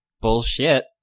Bullshit